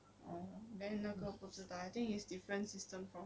orh then 那个不知道 I think is different systems lor